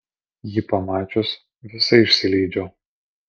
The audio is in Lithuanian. jį pamačius visai išsilydžiau